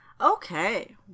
Okay